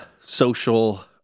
social